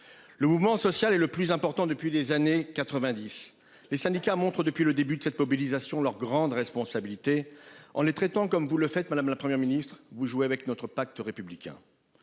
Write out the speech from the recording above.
Le mouvement social et le plus important depuis des années 90, les syndicats montrent depuis le début de cette mobilisation leur grande responsabilité en les traitant comme vous le faites, madame, la Première ministre. Vous jouez avec notre pacte républicain.